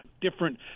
different